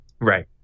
right